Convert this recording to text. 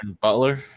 Butler